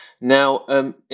Now